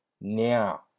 Now